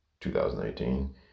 2018